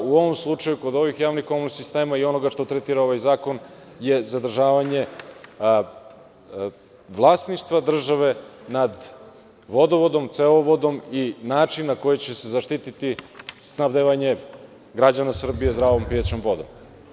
U ovom slučaju kod ovih javnih komunalnih sistema i onoga što tretira ovaj zakon je zadržavanje vlasništva države nad vodovodom, cevovodom i način na koji će se zaštititi snabdevanje građana Srbije zdravom pijaćom vodom.